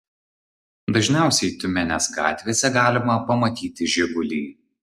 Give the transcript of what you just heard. dažniausiai tiumenės gatvėse galima pamatyti žigulį